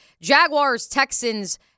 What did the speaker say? Jaguars-Texans